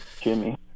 Jimmy